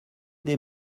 des